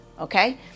okay